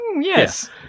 Yes